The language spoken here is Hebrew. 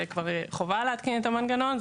חובה להתקין את המנגנון,